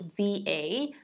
va